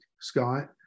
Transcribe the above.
Scott